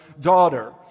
daughter